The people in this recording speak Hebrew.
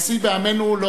נשיא בעמנו,